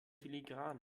filigran